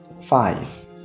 five